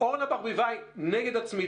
חברת הכנסת אורנה ברביבאי היא נגד הצמדים,